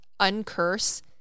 uncurse